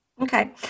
Okay